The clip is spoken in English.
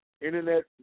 internet